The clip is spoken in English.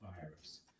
virus